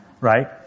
Right